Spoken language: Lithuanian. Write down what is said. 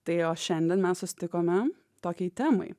tai o šiandien mes susitikome tokiai temai